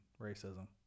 racism